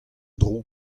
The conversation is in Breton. dro